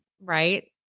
Right